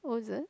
wasn't